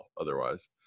otherwise